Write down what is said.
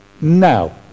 now